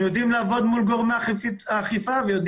אנחנו יודעים לעבוד מול גורמי האכיפה ואנחנו